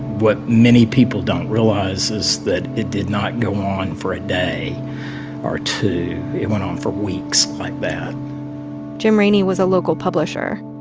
what many people don't realize is that it did not go on for a day or two. it went on for weeks like that jim rainey was a local publisher.